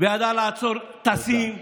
וידעה לעצור טסים.